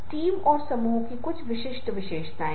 तो निश्चित रूप से लोग बहुत आसानी से प्रेरित हो जाएंगे